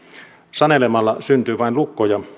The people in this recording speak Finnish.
sanelemalla syntyy vain lukkoja